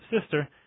sister